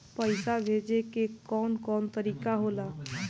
पइसा भेजे के कौन कोन तरीका होला?